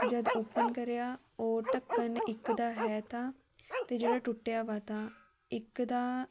ਜਦ ਓਪਨ ਕਰਿਆ ਔਰ ਢੱਕਣ ਇੱਕ ਦਾ ਹੈ ਤਾਂ ਅਤੇ ਜਿਹੜਾ ਟੁੱਟਿਆ ਵਾ ਤਾ ਇੱਕ ਦਾ